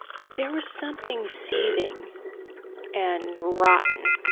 but there was something seething and rotten,